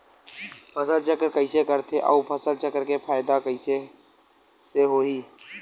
फसल चक्र कइसे करथे उ फसल चक्र के फ़ायदा कइसे से होही?